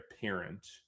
parent